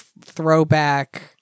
throwback